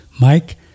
Mike